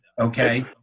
Okay